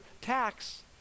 tax